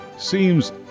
seems